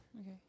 Okay